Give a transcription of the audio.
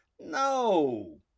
No